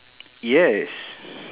yes